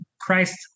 Christ